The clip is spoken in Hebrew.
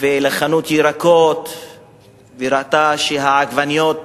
ולחנות ירקות וראתה שהעגבניות